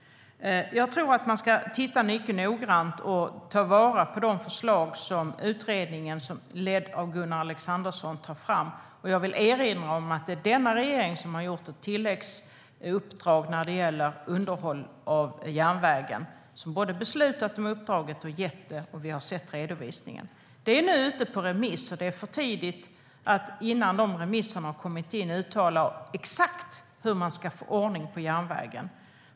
Jag tror att man ska titta mycket noggrant på och ta vara på de förslag som utredningen ledd av Gunnar Alexandersson tar fram. Jag vill erinra om att det är denna regering som har lämnat ett tilläggsuppdrag om underhåll av järnvägen. Den har både beslutat om uppdraget och gett det, och vi har sett redovisningen. Den är nu ute på remiss. Innan remissvaren har kommit in är det för tidigt att uttala exakt hur man ska få ordning på järnvägen.